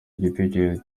igitekerezo